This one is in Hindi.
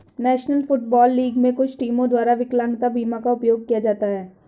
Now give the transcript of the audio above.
नेशनल फुटबॉल लीग में कुछ टीमों द्वारा विकलांगता बीमा का उपयोग किया जाता है